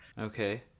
Okay